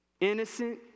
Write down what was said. innocent